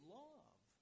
love